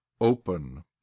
Open